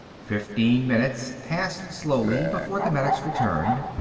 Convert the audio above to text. fifteen minutes passed slowly before the medics returned,